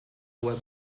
web